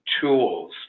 tools